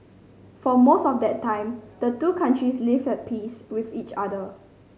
for most of that time the two countries lived at peace with each other